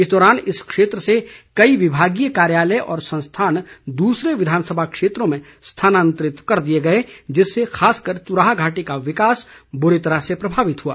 इस दौरान इस क्षेत्र से कई विभागीय कार्यालय और संस्थान दूसरे विधानसभा क्षेत्रों में स्थानांतरित कर दिए गए जिससे खासकर चुराह घाटी का विकास बुरी तरह प्रभावित हुआ